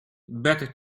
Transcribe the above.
better